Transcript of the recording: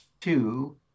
two